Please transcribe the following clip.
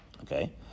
Okay